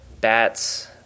bats